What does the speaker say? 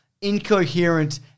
incoherent